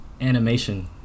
animation